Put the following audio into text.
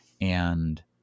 And-